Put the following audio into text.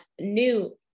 new